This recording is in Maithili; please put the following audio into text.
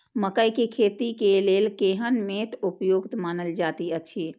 मकैय के खेती के लेल केहन मैट उपयुक्त मानल जाति अछि?